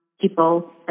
people